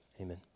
Amen